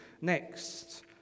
Next